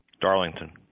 darlington